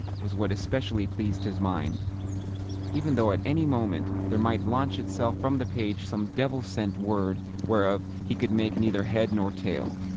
was what especially pleased his mind even though at any moment there might launch itself from the page some devil-sent word whereof he could make neither head nor tail.